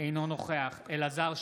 אינו נוכח אלעזר שטרן,